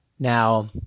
Now